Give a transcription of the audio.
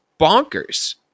bonkers